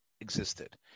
existed